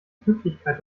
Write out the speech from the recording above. pünktlichkeit